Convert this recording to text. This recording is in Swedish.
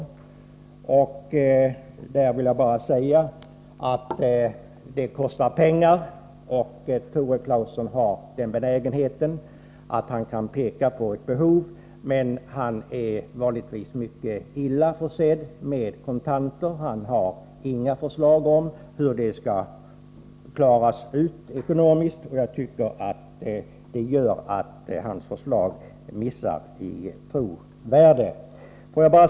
Jag vill bara säga att detta kostar pengar. Tore Claeson har en benägenhet att peka på behov, men han är vanligtvis mycket illa försedd med kontanter. Han har inga förslag om hur detta skall klaras ekonomiskt. Jag tycker att det gör att hans förslag missar i trovärdighet. Herr talman!